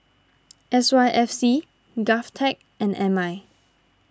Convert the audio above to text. S Y F C Govtech and M I